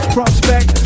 Prospect